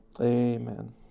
Amen